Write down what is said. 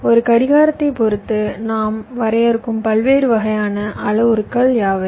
ஒரு கடிகாரத்தைப் பொறுத்து நாம் வரையறுக்கும் பல்வேறு வகையான அளவுருக்கள் யாவை